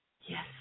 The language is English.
Yes